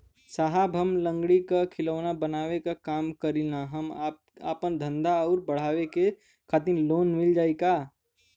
साहब हम लंगड़ी क खिलौना बनावे क काम करी ला हमके आपन धंधा अउर बढ़ावे के खातिर लोन मिल जाई का?